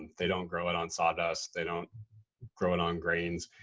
they don't grow it on sawdust, they don't grow it on grains.